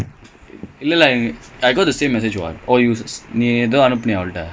oh what she replied no no I